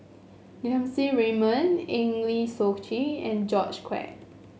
Lim Siang Raymond Eng Lee Seok Chee and George Quek